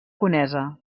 conesa